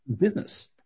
business